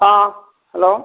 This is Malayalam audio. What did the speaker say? ആ ഹലോ